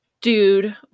dude